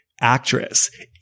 actress